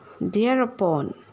Thereupon